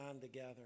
together